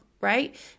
right